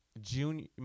junior